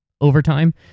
overtime